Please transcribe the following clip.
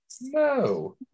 No